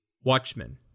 Watchmen